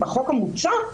בחוק המוצע,